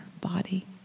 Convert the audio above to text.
body